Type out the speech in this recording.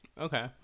Okay